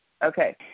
Okay